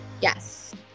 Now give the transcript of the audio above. Yes